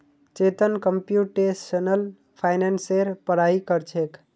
Chetan computational फाइनेंसेर पढ़ाई कर छेक